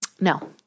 No